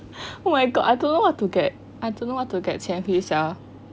oh my god I don't know what to get don't know what to get qian here sia